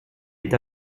est